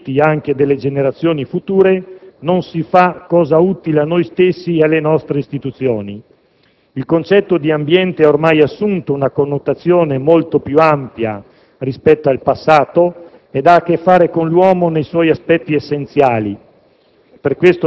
collettività e anche delle generazioni future, non si fa cosa utile a noi stessi e alle nostre istituzioni. Il concetto di ambiente ha ormai assunto una connotazione più ampia rispetto al passato e ha a che fare con l'uomo nei suo aspetti essenziali.